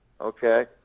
Okay